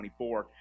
24